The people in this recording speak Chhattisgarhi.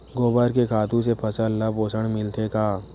गोबर के खातु से फसल ल पोषण मिलथे का?